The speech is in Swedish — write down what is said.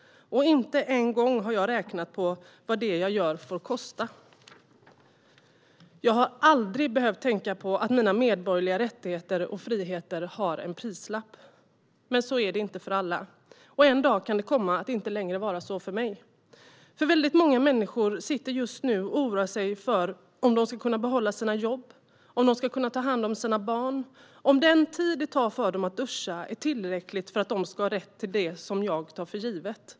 Inte en enda gång har jag räknat på vad det jag gör får kosta. Jag har aldrig behövt tänka på att mina medborgerliga rättigheter och friheter har en prislapp. Men så är det inte för alla. En dag kan komma då det inte längre är så för mig. Många människor sitter just nu och oroar sig för om de ska kunna behålla sina jobb, ta hand om sina barn eller om den tid det tar för dem att duscha är tillräcklig för att de ska ha rätt till det som jag tar för givet.